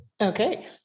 Okay